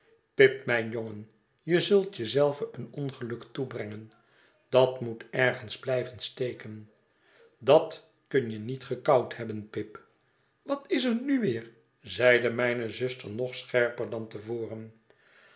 pip mijn jongen je zult je zelven een ongeluk toebrengen dat moet ergens blijven steken dat kun je niet gekauwd hebben pip wat is er nu weer zeide mijne zuster nog scherper dan te voren